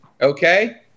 Okay